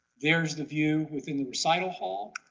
there's the view within the recital hall